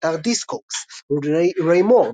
באתר Discogs רודי ריי מור,